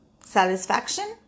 Satisfaction